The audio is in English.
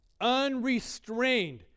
unrestrained